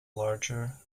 larger